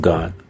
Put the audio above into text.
God